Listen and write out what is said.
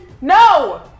No